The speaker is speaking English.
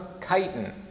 chitin